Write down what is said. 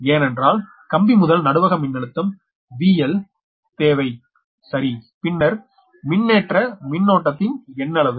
ஏனென்றால் கம்பி முதல் நடுவக மின்னழுத்தம் 𝑉𝐿 தேவை சரி பின்னர் மின்னேற்ற மின்னோட்டத்தின் எண்ணளவு